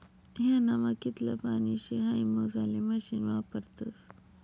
ह्यानामा कितलं पानी शे हाई मोजाले मशीन वापरतस